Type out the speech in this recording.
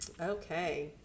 okay